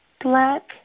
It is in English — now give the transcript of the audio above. black